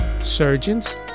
surgeons